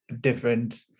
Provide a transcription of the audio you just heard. different